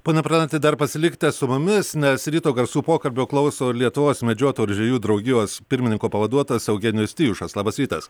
pone pranaiti dar pasilikite su mumis nes ryto garsų pokalbio klauso lietuvos medžiotojų ir žvejų draugijos pirmininko pavaduotojas eugenijus tijušas labas rytas